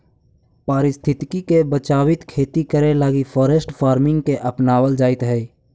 पारिस्थितिकी के बचाबित खेती करे लागी फॉरेस्ट फार्मिंग के अपनाबल जाइत हई